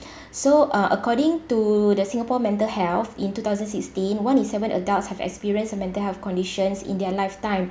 so uh according to the singapore mental health in two thousand sixteen one in seven adults have experienced a mental health condition in their lifetime